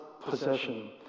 possession